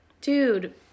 dude